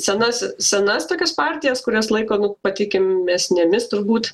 senas senas tokias partijas kurias laiko nu patikimesnėmis turbūt